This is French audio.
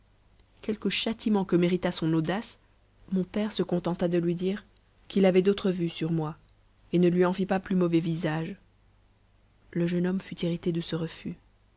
quelque châtiment que méritât son audace mon père se contenta de lui dire qu'il avait d'autres vues sur moi et ne lui en fit pas plus mauvais visage le jeune homme fut irrité de ce refus